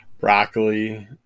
Broccoli